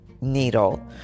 needle